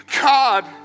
God